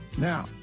Now